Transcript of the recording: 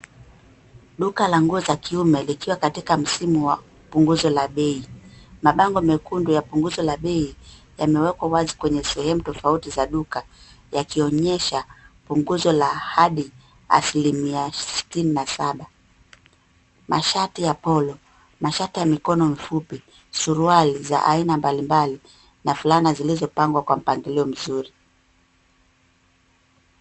Nduka la nguo za kiume lipo katika msimu wa punguzo la bei. Mabango mekundu ya punguzo la bei yamewekwa wazi kwenye sehemu tofauti za nuka, yakionyesha punguzo la hadi asilimia 67. Mashati ya polo, mashati ya mikono mifupi, suruali za aina mbalimbali na fulana zimepangwa kwa mpangilio mzuri.